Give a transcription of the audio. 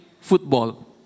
football